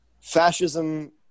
fascism